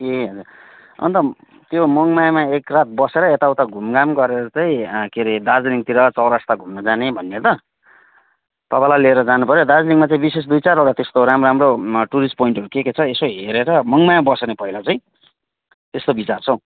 ए हजुर अन्त त्यो मङमायामा एक रात बसेर यताउता घुमघाम गरेर चाहिँ के अरे दार्जिलिङतिर चौरस्ता घुम्न जाने भन्ने त तपाईँलाई लिएर जानुपऱ्यो दार्जिलिङमा चाहिँ विशेष दुई चारवटा त्यस्तो राम्रो राम्रो टुरिस्ट पोइन्टहरू के के छ यसो हेरेर मङमाया बस्यो नि पहिला चाहिँ त्यस्तो विचार छ हो